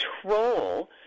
control